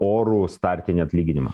orų startinį atlyginimą